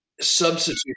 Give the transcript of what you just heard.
substitute